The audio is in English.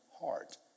heart